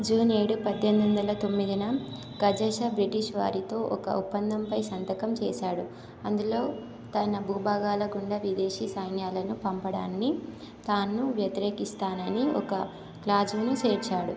June ఏడు పద్దెనిమిది వందల తొమ్మిదిన షుజాషా బ్రిటీష్ వారితో ఒక ఒప్పందంపై సంతకం చేసాడు అందులో తన భూభాగాల గుండా విదేశీ సైన్యాలను పంపడాన్ని తాను వ్యతిరేకిస్తానని ఒక క్లాజును చేర్చాడు